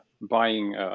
buying